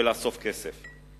ולאסוף כסף.